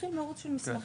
מתחיל מירוץ של מסמכים.